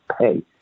pay